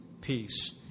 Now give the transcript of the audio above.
peace